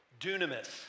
dunamis